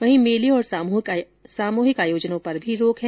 वहीं मेले और सामूहिक आयोजनों पर भी रोक है